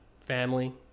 Family